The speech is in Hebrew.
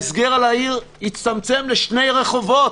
הסגר על העיר הצטמצם לשני רחובות,